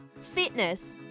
fitness